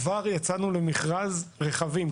אז כבר יצאנו למכרז רכבים.